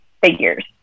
Figures